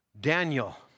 Daniel